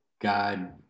God